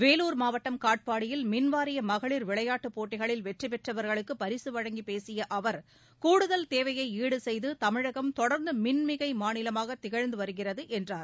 வேலூர் மாவட்டம் காட்பாடியில் மின்வாரிய மகளிர் விளையாட்டுப் போட்டிகளில் வெற்றி பெற்றவர்களுக்கு பரிசு வழங்கிப் பேசிய அவர் கூடுதல் தேவையை ஈடு செய்து தமிழகம் தொடர்ந்து மின்மிகை மாநிலமாகத் திகழ்ந்து வருகிறது என்றார்